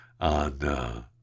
on